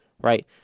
right